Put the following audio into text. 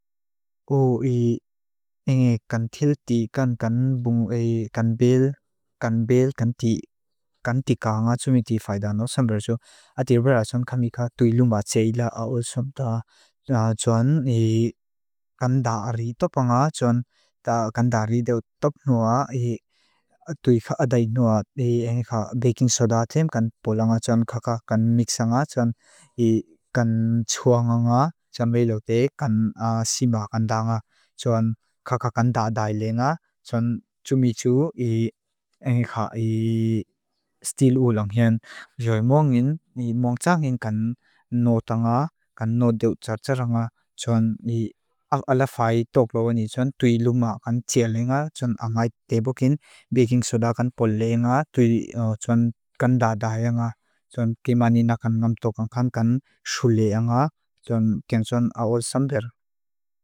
Tuan kakakandadai lenga. Tuan tumitiu i engikak i stil ulanghen. Yoy mongin, ni mongtsa ngin kan nota nga, kan not deutsar tsara nga. Tuan ni ak alafai toklo wani tui luma kan tia lenga. Tuan angay tebo kin, bikin soda kan pole nga. Tui tuan kandadai nga. Tuan kimanina kan ngam tokan kan shule nga. Tuan ken tuan awasamber.